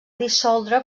dissoldre